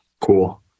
Cool